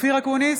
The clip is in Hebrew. אופיר אקוניס,